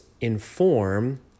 inform